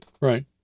Right